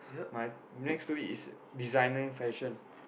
my next to it is designing fashion